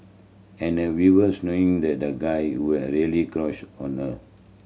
and a viewers knowing that the guy a really crush on her